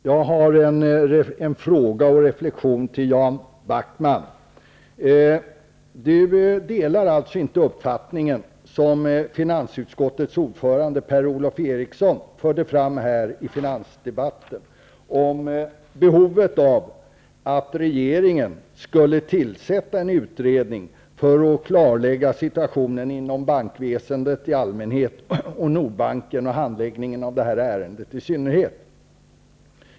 Herr talman! Jag har en fråga och en reflexion som jag vill rikta till Jan Backman. Jan Backman delar alltså inte den uppfattning som finansutskottets ordförande Per-Ola Eriksson förde fram här i finansdebatten om behovet av att regeringen tillsätter en utredning för att klarlägga situationen inom bankväsendet i allmänhet och; Nordbanken, och handläggningen av detta ärende i synnerhet?